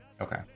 Okay